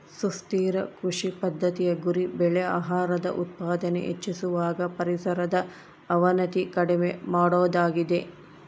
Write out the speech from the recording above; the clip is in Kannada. ಸುಸ್ಥಿರ ಕೃಷಿ ಪದ್ದತಿಯ ಗುರಿ ಬೆಳೆ ಆಹಾರದ ಉತ್ಪಾದನೆ ಹೆಚ್ಚಿಸುವಾಗ ಪರಿಸರದ ಅವನತಿ ಕಡಿಮೆ ಮಾಡೋದಾಗಿದೆ